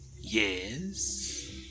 Yes